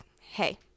Hey